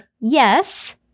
yes